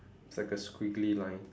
it's like a squiggly line